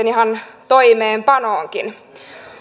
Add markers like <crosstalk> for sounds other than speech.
<unintelligible> ihan toimeenpanoonkin